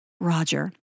Roger